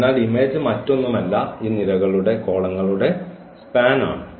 അതിനാൽ ഇമേജ് മറ്റൊന്നുമല്ല ഈ നിരകളുടെ സ്പാൻ ആണ്